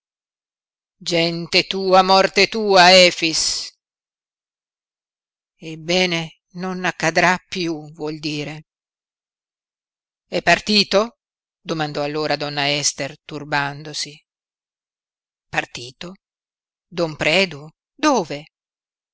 gente tua morte tua efix ebbene non accadrà piú vuol dire è partito domandò allora donna ester turbandosi partito don predu dove